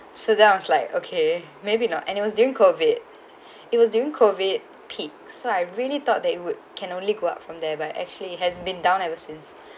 so that was like okay maybe not and it was during COVID it was during COVID peak so I really thought they would can only go up from there but actually has been down ever since